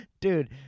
Dude